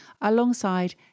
alongside